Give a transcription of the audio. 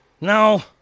No